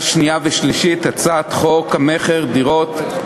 שנייה ושלישית את הצעת חוק המכר (דירות)